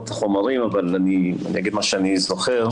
את החומרים אבל אגיד ממה שאני זוכר.